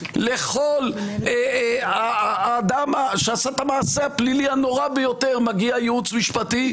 לכל אדם שעשה את המעשה הפלילי הנורא ביותר מגיע ייעוץ משפטי,